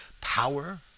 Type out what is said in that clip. power